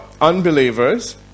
unbelievers